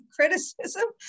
criticism